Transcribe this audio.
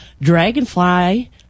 Dragonfly